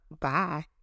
Bye